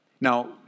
Now